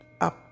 up